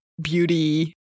beauty